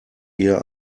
eher